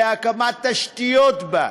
להקמת תשתיות בה,